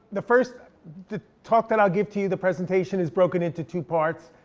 the first to talk that i'll give to you, the presentation is broken into two parts,